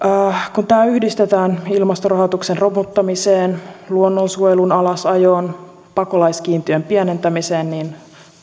kun tämä yhdistetään ilmastorahoituksen romuttamiseen luonnonsuojelun alasajoon pakolaiskiintiön pienentämiseen niin